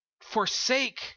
forsake